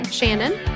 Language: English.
Shannon